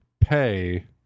pay